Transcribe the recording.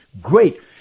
Great